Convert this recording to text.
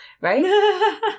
right